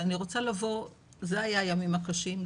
אלה היו הימים הקשים.